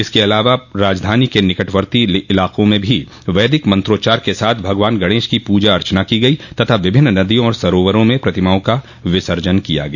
इसके अलावा राजधानी के निकटवर्ती इलाकों में भी वैदिक मंत्रोच्चार के साथ भगवान गणेश की प्रजा अर्चना की गयी तथा विभिन्न नदियों और सरोवरों में प्रतिमाओं का विसर्जन किया गया